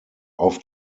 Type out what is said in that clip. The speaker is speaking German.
auf